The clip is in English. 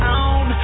on